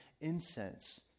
incense